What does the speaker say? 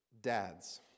dads